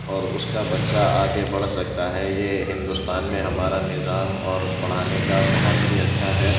اور اس کا بچّہ آگے بڑھ سکتا ہے یہ ہندوستان میں ہمارا نظام اور پڑھانے کا بہت ہی اچّھا ہے